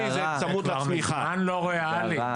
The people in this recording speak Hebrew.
ההגדרה.